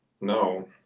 No